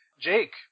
Jake